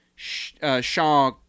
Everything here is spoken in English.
Shaw